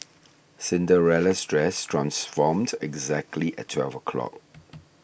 Cinderella's dress transformed exactly at twelve o'clock